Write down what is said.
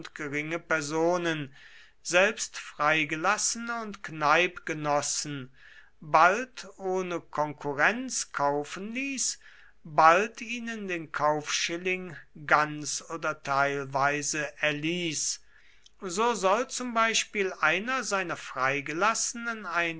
geringe personen selbst freigelassene und kneipgenossen bald ohne konkurrenz kaufen ließ bald ihnen den kaufschilling ganz oder teilweise erließ so soll zum beispiel einer seiner freigelassenen